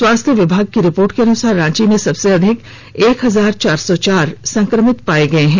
स्वास्थ्य विभाग की रिपोर्ट के अनुसार रांची में सबसे अधिक एक हजार चार सौ चार संक्रमित पाये गये हैं